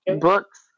books